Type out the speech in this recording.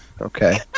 Okay